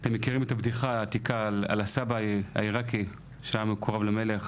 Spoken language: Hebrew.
אתם מכירים את הבדיחה העתיקה על הסבא העירקי שהיה מקורב למלך,